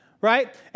Right